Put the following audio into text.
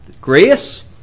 grace